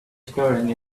storing